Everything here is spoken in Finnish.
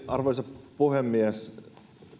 arvoisa puhemies